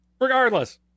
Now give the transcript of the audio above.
regardless